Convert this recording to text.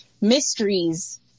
mysteries